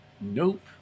Nope